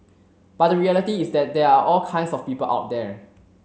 but the reality is that there are all kinds of people out there